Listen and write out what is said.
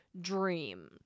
Dream